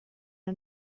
are